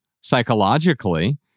psychologically